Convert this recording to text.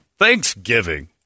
Thanksgiving